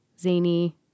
zany